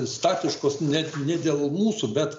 statiškos net ne dėl mūsų bet